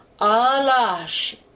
Alash